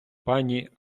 пані